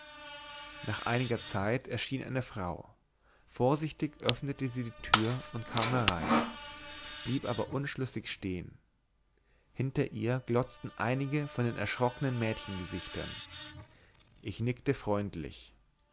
nach einiger zeit erschien eine frau vorsichtig öffnete sie die tür und kam herein blieb aber unschlüssig stehen hinter ihr glotzten einige von den erschrockenen mädchengesichtern ich nickte freundlich